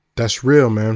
that's real, man.